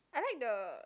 I like the